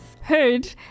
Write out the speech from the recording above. heard